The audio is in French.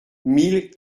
mille